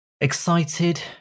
excited